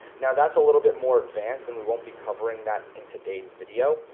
now that's a little bit more advanced and we won't be covering that in today's video.